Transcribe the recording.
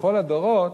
בכל הדורות,